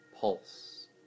pulse